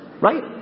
right